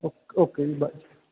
ਓ okay ਜੀ bye